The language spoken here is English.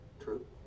True